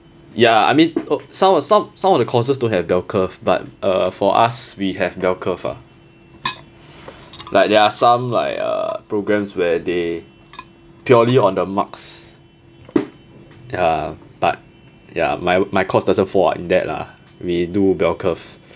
ya I mean some some some of the courses don't have bell curve but uh for us we have bell curve ah like there are some like uh programmes where they purely on the marks ya but ya my my course doesn't fall that like ah we do bell curve